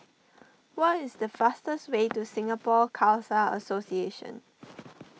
what is the fastest way to Singapore Khalsa Association